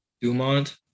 Dumont